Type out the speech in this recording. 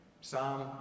Psalm